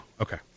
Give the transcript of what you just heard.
Okay